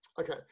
Okay